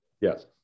Yes